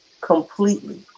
completely